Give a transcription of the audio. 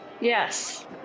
Yes